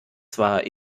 zwar